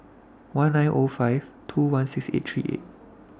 one nine five two one six eight three eight